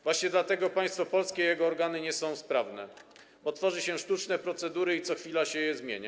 Właśnie dlatego państwo polskie i jego organy nie są sprawne, bo tworzy się sztuczne procedury i co chwila się je zmienia.